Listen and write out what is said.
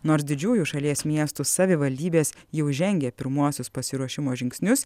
nors didžiųjų šalies miestų savivaldybės jau žengė pirmuosius pasiruošimo žingsnius